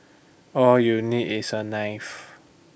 all you need is A knife